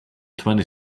twenty